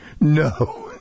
No